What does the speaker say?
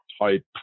type